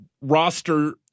roster